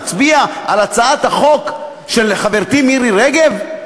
אתה חושב שאנחנו נצביע על הצעת החוק של חברתי מירי רגב?